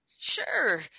sure